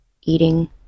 eating